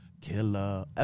Killer